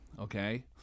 Okay